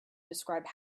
describe